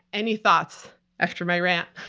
any thoughts after my rant?